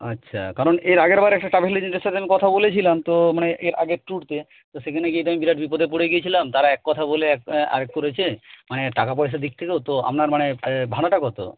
আচ্ছা কারণ এর আগেরবার একটা ট্রাভেল এজেন্টের সাথে আমি কথা বলেছিলাম তো মানে এর আগের ট্যুরে তো সেখানে গিয়ে তো আমি বিরাট বিপদে পড়ে গিয়েছিলাম তারা এক কথা বলে আরেক করেছে মানে টাকাপয়সার দিক থেকেও তো আপনার মানে ভাড়াটা কত